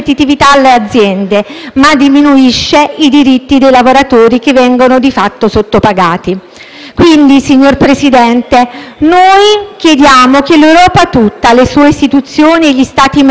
Pertanto, signor Presidente, noi chiediamo che l'Europa tutta, le sue istituzioni e gli Stati membri, lavorino in sinergia con l'obiettivo dell'inclusione sociale per una crescita equa,